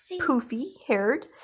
poofy-haired